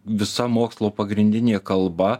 visa mokslo pagrindinė kalba